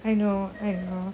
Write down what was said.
I know I know